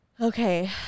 Okay